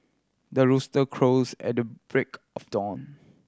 the rooster crows at the break of dawn